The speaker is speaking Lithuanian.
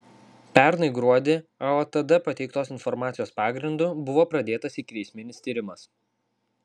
pernai gruodį aotd pateiktos informacijos pagrindu buvo pradėtas ikiteisminis tyrimas